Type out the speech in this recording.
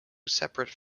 separate